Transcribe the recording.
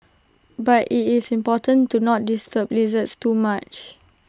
but IT is important to not disturb lizards too much